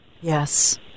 Yes